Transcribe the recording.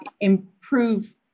improve